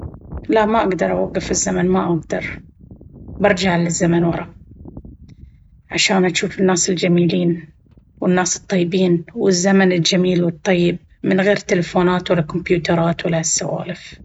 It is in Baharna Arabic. لا ما أقدر أوقف الزمن ما أقدر… برجع للزمن ورا عشان أجوف الناس الجميلين والناس الطيبين والزمن الجميل والطيب من غير تلفونات ولا كمبيوترات ولا هالسوالف.